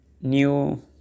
new